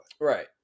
right